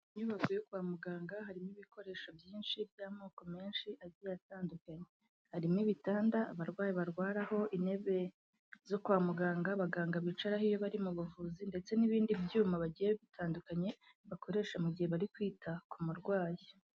Inyubako yo kwa muganga harimo ibikoresho byinshi by'amoko menshi agiye atandukanye, harimo ibitanda abarwayi barwaraho intebe zo kwa muganga abaganga bicaraho iyo bari mu buvuzi, ndetse n'ibindi byuma bigiye bitandukanye bakoresha mu gihe bari kwita ku murwayi.